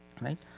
right